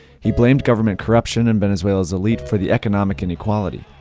he blamed government corruption and venezuela's elite for the economic inequality.